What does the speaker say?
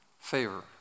favor